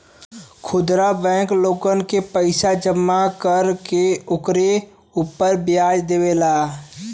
खुदरा बैंक लोगन के पईसा जमा कर के ओकरे उपर व्याज देवेला